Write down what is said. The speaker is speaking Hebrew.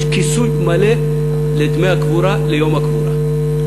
יש כיסוי מלא לדמי הקבורה ליום הקבורה.